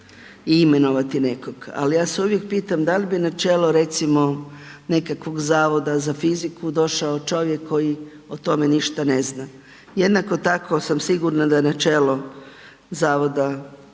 i imenovati nekog. Ali ja se uvijek pitam da li bi načelo recimo nekakvog Zavoda za fiziku došao čovjek koji o tome ništa ne zna. Jednako tako sam sigurna da na čelo zavoda odnosno